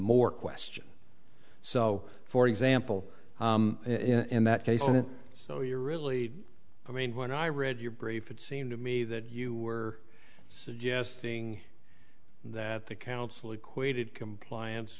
more question so for example in that case and so you're really i mean when i read your brief it seemed to me that you were suggesting that the council equated compliance